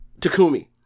takumi